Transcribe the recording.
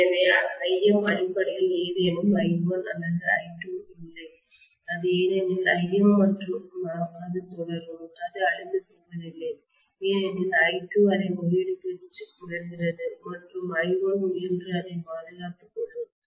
எனவே ∅m அடிப்படையில் ஏனெனில் I1 அல்லது I2 இல்லை அது ஏனெனில் Im மற்றும் அது தொடரும் அது அழிந்து போவதில்லை ஏனெனில் I2 அதை முறியடிக்க முயல்கிறது மற்றும் I1 முயன்று அதை பாதுகாத்துக்கொள்ளும்